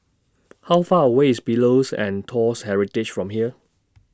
How Far away IS Pillows and Toast Heritage from here